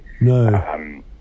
No